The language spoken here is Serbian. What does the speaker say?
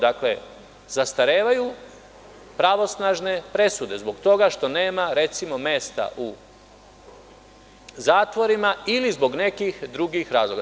Dakle, zastarevaju pravosnažne presude zbog toga što nema, recimo, mesta u zatvorima ili zbog nekih drugih razloga.